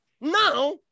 Now